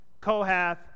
Kohath